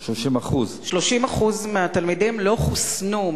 30%. 30% מהתלמידים לא חוסנו.